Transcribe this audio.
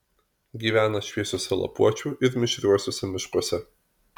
gyvena šviesiuose lapuočių ir mišriuosiuose miškuose